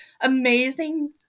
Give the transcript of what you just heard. amazing